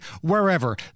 wherever